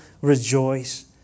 rejoice